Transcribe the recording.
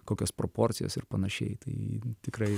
kokios proporcijos ir panašiai tai tikrai